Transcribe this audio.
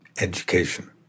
education